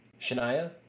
Shania